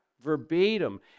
verbatim